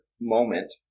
moment